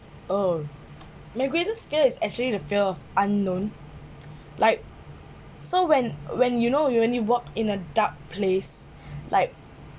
oh my greatest fear is actually the fear of unknown like so when when you know you when you walk in a dark place like